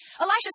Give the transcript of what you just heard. Elisha